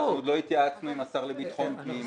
אנחנו עוד לא התייעצנו עם השר לביטחון פנים,